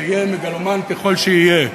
מגלומן ככל שיהיה.